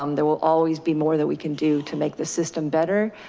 um there will always be more that we can do to make the system better,